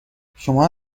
شما